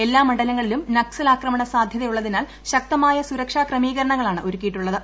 എല്ലാ മണ്ഡലങ്ങളിലും നക്സൽ ആക്രമണ സാധ്യതയുളളതിനാൽ ശക്തമായ സുരക്ഷാ ക്രമീകരണങ്ങളാണ് ഒരുക്കിയിട്ടുളളത്